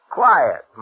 quiet